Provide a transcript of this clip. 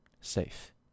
safe